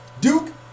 Duke